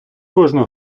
кожну